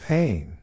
Pain